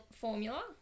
formula